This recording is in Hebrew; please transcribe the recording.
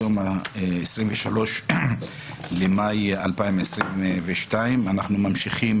היום 23 במאי 2022, ואנחנו ממשיכים